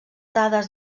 dades